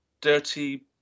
Dirty